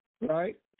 Right